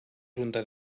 junta